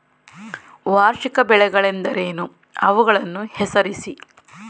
ವಾರ್ಷಿಕ ಬೆಳೆಗಳೆಂದರೇನು? ಅವುಗಳನ್ನು ಹೆಸರಿಸಿ?